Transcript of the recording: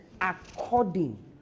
According